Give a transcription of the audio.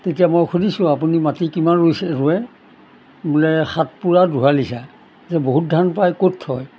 তেতিয়া মই সুধিছোঁ আপুনি মাটি কিমান ৰুইছে ৰোৱে বোলে সাতপুৰা দুহালিচা যে বহুত ধান পাই ক'ত থয়